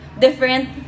different